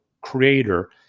creator